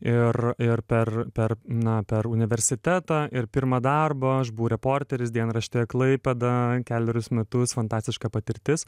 ir ir per per na per universitetą ir pirmą darbą aš buvau reporteris dienraštyje klaipėda kelerius metus fantastiška patirtis